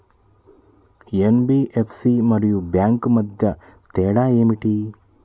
NBFC మరియు bank మధ్య తేడా ఏమిటి?